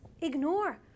ignore